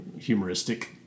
humoristic